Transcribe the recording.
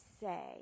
say